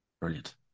Brilliant